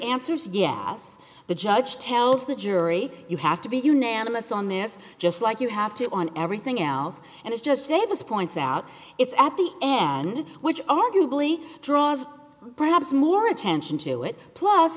answers yes the judge tells the jury you have to be unanimous on this just like you have to on everything else and it's just davis points out it's at the end which arguably draws perhaps more attention to it plus